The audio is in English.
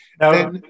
Now